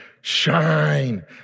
shine